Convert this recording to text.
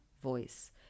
voice